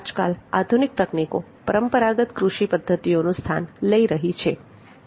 આજકાલ આધુનિક તકનીકો પરંપરાગત કૃષિ પદ્ધતિઓનું સ્થાન લઈ રહી છે